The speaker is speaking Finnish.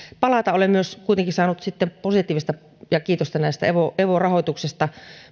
palata olen myös kuitenkin saanut sitten positiivista ja kiitosta evo evo rahoituksesta